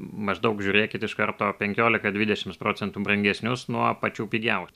maždaug žiūrėkit iš karto penkiolika dvidešims procentų brangesnius nuo pačių pigiausių